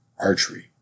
archery